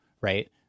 right